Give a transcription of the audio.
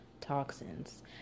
toxins